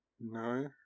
No